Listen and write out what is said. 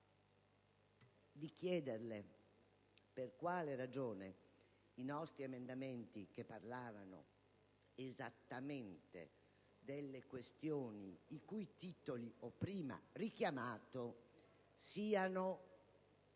di chiederle per quale ragione i nostri emendamenti, che trattavamo esattamente delle questioni i cui titoli ho prima richiamato, siano